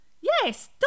Yes